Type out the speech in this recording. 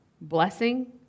blessing